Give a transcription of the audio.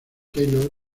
taylor